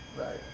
right